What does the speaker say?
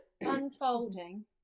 unfolding